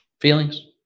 feelings